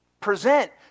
present